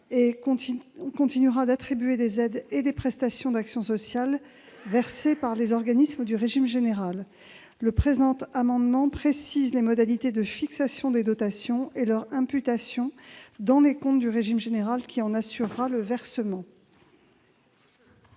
et continuera d'attribuer des aides et des prestations d'action sociale versées par les organismes du régime général. Le présent amendement précise les modalités de fixation des dotations et leur imputation dans les comptes du régime général, qui en assurera le versement.